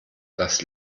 das